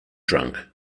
drunk